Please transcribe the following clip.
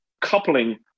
coupling